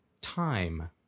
time